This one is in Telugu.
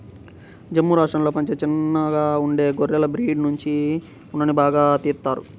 జమ్ము రాష్టంలో పెంచే చిన్నగా ఉండే గొర్రెల బ్రీడ్ నుంచి ఉన్నిని బాగా తీత్తారు